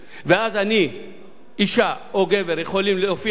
יכולים להופיע בבוקר ברבנות בקצרין לפתוח תיק,